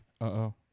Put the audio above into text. Uh-oh